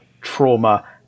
trauma